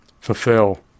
fulfill